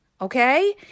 Okay